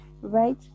right